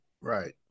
Right